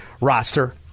roster